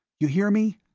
you hear me?